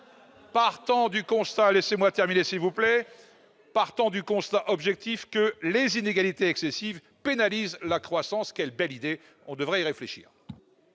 partant du constat objectif que les inégalités excessives pénalisent la croissance. Quelle belle idée ! On devrait y réfléchir